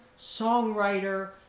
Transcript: songwriter